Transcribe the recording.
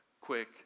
quick